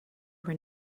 were